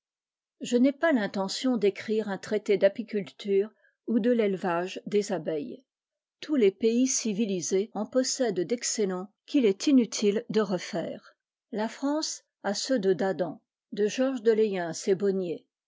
je n'ai pas tintention d'écrire un traité d'apicnltnre ou de télé vage des abeilles tous les pays civilisés en possèdent d'excellents qu'il est inutile de refaire la france a ceux de dadant de georges de layens